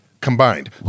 Combined